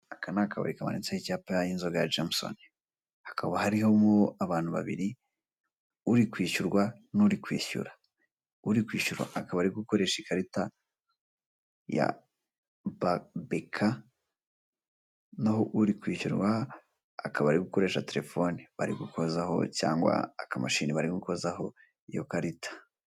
Aka ni akabari kamanitseho icyapa cya jemusoni hakaba harimo abantu babiri uri kwishyurwa n'uri kwishyura, uri kwishyura akaba ari gukoresha ikarita ya beka, noneho uri kwishyurwa akaba ari gukoresha terefone bari gukozaho cyangwa akamashini bari gukozaho iyo karita.